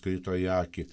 krito į akį